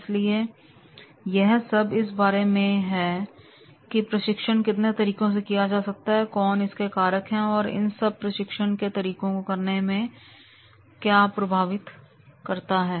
इसलिए यह सब इस बारे में है कि प्रशिक्षण कितने तरीकों से किया जा सकता है और कौन से ऐसे कारक हैं जो इन सब प्रशिक्षण के तरीकों को करने में प्रभावित करते हैं